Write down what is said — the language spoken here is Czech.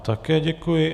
Také děkuji.